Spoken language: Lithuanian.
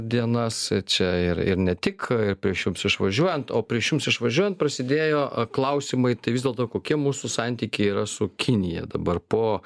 dienas čia ir ir ne tik ir prieš jums išvažiuojant o prieš jums išvažiuojan prasidėjo klausimai tai vis dėlto kokie mūsų santykiai yra su kinija dabar po